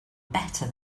better